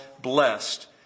blessed